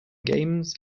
games